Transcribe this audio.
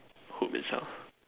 Hood itself